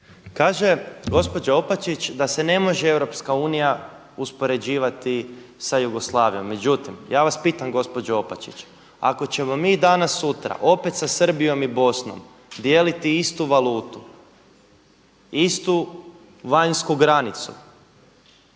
Kaže gospođa Opačić da se ne može EU uspoređivati sa Jugoslavijom. Međutim, ja vas pitam gospođo Opačić, ako ćemo mi danas sutra opet sa Srbijom i Bosnom dijeliti istu valutu, istu vanjsku granicu,